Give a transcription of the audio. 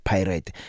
Pirate